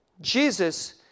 Jesus